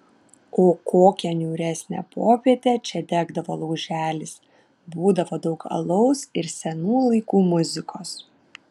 o kokią niūresnę popietę čia degdavo lauželis būdavo daug alaus ir senų laikų muzikos